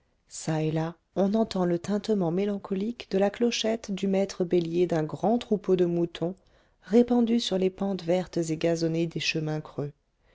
on entend le tintement mélancolique de la clochette du maître bélier d'un grand troupeau de moutons répandu sur les pentes vertes et gazonnées des chemins creux